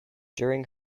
during